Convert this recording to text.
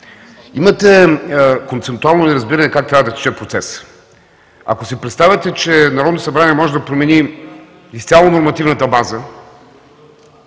Имате концептуално неразбиране как трябва да тече процесът. Ако си представяте, че Народното събрание може да промени изцяло нормативната база,